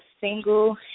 single